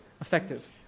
effective